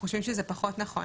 אנחנו חושבים שזה פחות נכון.